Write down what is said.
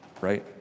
right